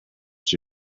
your